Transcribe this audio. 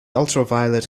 ultraviolet